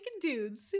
dudes